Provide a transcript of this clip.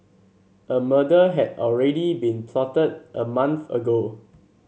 a murder had already been plotted a month ago